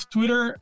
Twitter